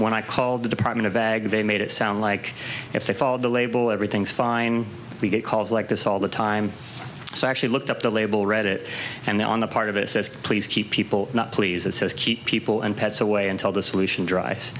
when i called the department of ag they made it sound like if they follow the label everything's fine we get calls like this all the time so i actually looked up the label read it and there on the part of it says please keep people not please it says keep people and pets away until the solution dri